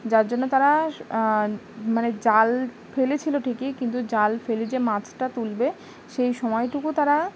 যার জন্য তারা মানে জাল ফেলেছিলো ঠেকেই কিন্তু জাল ফেলে যে মাছটা তুলবে সেই সময়টুকু তারা